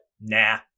Nah